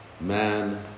man